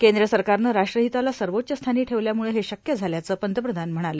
कद्र सरकारनं राष्ट्राहताला सर्वाच्च स्थानी ठेवल्यामुळ हे शक्य झाल्याचं पंतप्रधान म्हणाले